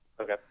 okay